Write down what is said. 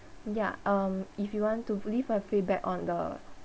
ya um if you want to leave a feedback on the